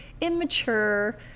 immature